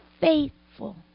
Faithful